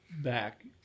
back